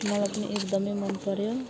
मलाई पनि एकदमै मनपर्यो